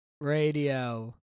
Radio